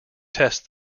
test